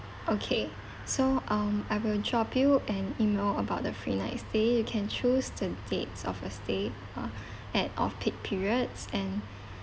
okay so um I will drop you an E-mail about the free night stay you can choose the dates of your stay uh at off peak periods and